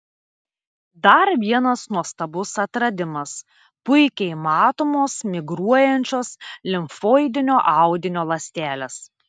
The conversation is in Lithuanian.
dar vienas nuostabus atradimas puikiai matomos migruojančios limfoidinio audinio ląstelės